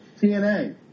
TNA